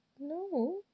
no